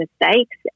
mistakes